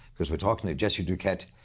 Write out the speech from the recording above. because we're talking to jesse duquette.